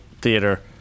Theater